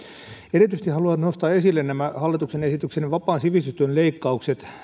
erityisesti haluan nostaa esille nämä hallituksen esityksen vapaan sivistystyön leikkaukset